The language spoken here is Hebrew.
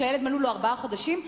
כשהילד מלאו לו ארבעה חודשים,